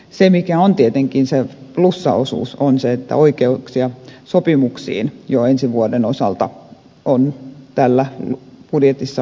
se mikä on tietenkin se plussapuoli on se että oikeuksia sopimuksiin ensi vuoden osalta budjetissa on jo luvattu tehdä